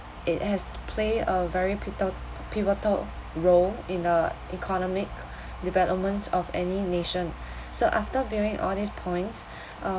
it has to play a very pital~ pivotal role in a economic development of any nation so after viewing all these points uh